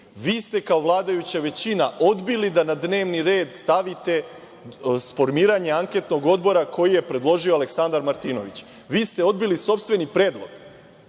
Vi ste kao vladajuća većina odbili da na dnevni red stavite formiranje anketnog odbora koji je predložio Aleksandar Martinović. Vi ste odbili sopstveni predlog